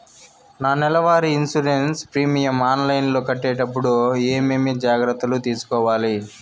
నా నెల వారి ఇన్సూరెన్సు ప్రీమియం ఆన్లైన్లో కట్టేటప్పుడు ఏమేమి జాగ్రత్త లు తీసుకోవాలి?